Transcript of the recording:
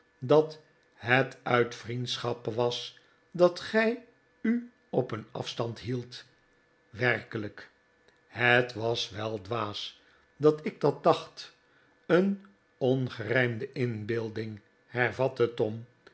dat het uit vriendschap was dat gij u op een afstand hieldt werkelijk het was wel dwaas dat ik dat dacht een ongerijmde inbeelding hervatte tom